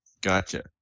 Gotcha